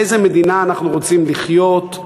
באיזו מדינה אנחנו רוצים לחיות?